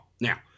Now